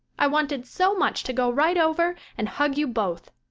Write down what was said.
i wanted so much to go right over and hug you both.